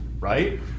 right